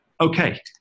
okay